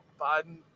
Biden